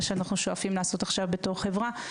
מה שאנחנו שואפים לעשות עכשיו בתור חברה,